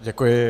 Děkuji.